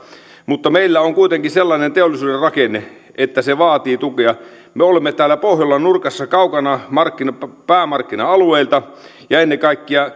mutta meillä on kuitenkin sellainen teollisuuden rakenne että se vaatii tukea me olemme täällä pohjolan nurkassa kaukana päämarkkina alueilta ja ennen kaikkea